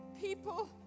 People